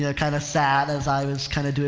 ah kind of sat as i was kind of doing